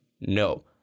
No